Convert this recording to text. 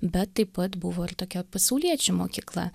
bet taip pat buvo ir tokia pasauliečių mokykla